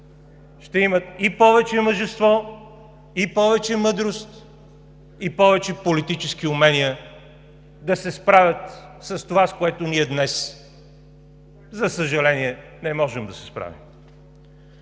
ще имат и повече мъжество, и повече мъдрост, и повече политически умения да се справят с това, с което ние днес, за съжаление, не можем да се справим.